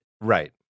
Right